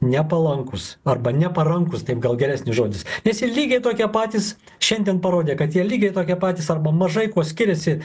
nepalankūs arba neparankūs taip gal geresnis žodis nes jie lygiai tokie patys šiandien parodė kad jie lygiai tokie patys arba mažai kuo skiriasi